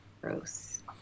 gross